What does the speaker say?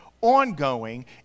ongoing